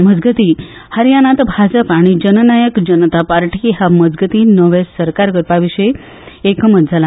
मजगतीं हरियानांत भाजप आनी जननायक जनता पार्टी हांच्या मजगतीं नवें सरकार करपा विशीं एकमत जाला